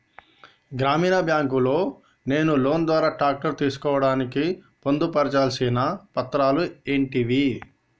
గ్రామీణ బ్యాంక్ లో నేను లోన్ ద్వారా ట్రాక్టర్ తీసుకోవడానికి పొందు పర్చాల్సిన పత్రాలు ఏంటివి?